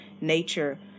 nature